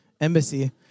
embassy